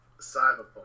Cyberpunk